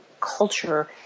culture